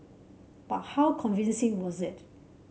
but how convincing was it